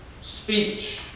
speech